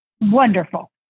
Wonderful